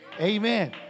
Amen